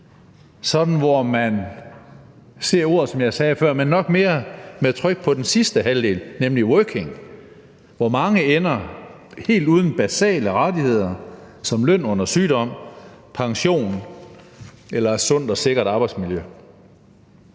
sidste halvdel, som jeg nævnte før, men nok mere med tryk på den første halvdel, nemlig Working, hvor mange ender helt uden basale rettigheder som løn under sygdom, pension eller et sundt og sikkert arbejdsmiljø.